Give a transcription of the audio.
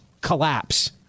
collapse